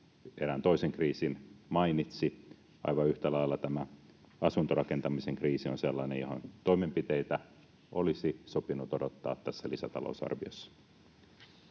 erään toisen kriisin mainitsi. Aivan yhtä lailla tämä asuntorakentamisen kriisi on sellainen, johon toimenpiteitä olisi sopinut odottaa tässä lisätalousarviossa.